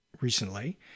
recently